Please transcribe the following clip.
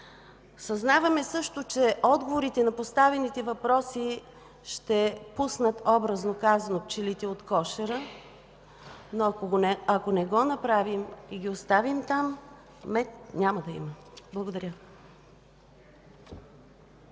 Съзнаваме също, че отговорите на поставените въпроси ще пуснат, образно казано, пчелите от кошера. Но ако не го направим и ги оставим там, мед няма да има. Благодаря.